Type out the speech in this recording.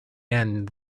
end